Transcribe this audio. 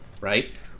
right